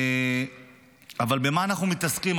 אבל במה אנחנו מתעסקים,